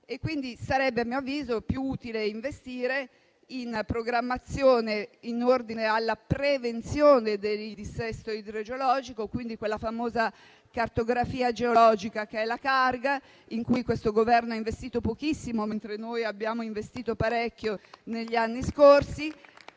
quindi, a mio avviso, sarebbe più utile investire in programmazione in ordine alla prevenzione del dissesto idrogeologico, attraverso quella famosa cartografia geologica che è la Carg, su cui questo Governo ha investito pochissimo, mentre noi abbiamo investito parecchio negli anni scorsi.